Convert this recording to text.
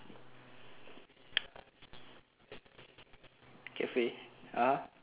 cafe uh